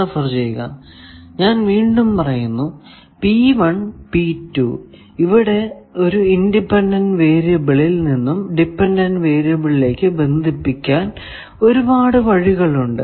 ഞാൻ വീണ്ടും പറയുന്നു ഇവിടെ ഒരു ഇൻഡിപെൻഡന്റ് വേരിയബിളിൽ നിന്നും ഡിപെൻഡന്റ് വേരിയബിളിലേക്കു ബന്ധിപ്പിക്കാൻ ഒരുപാട് വഴികൾ ഉണ്ട്